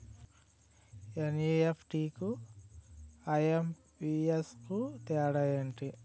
NEFT కు IMPS కు తేడా ఎంటి?